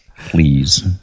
Please